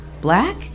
black